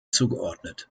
zugeordnet